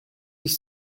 ich